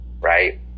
right